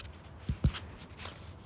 ya speaking about trips right